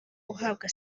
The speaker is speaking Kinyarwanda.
uhabwa